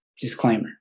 disclaimer